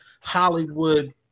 Hollywood